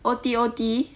O_T O_T